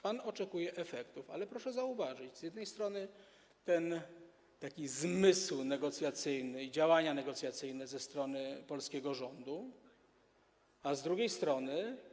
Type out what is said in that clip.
Pan oczekuje efektów, ale proszę zauważyć, że z jednej strony jest taki zmysł negocjacyjny i działania negocjacyjne ze strony polskiego rządu, a z drugiej strony.